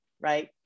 right